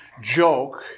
joke